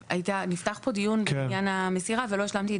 נפתח כאן דיון בעניין המסירה ולא השלמתי את